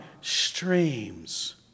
streams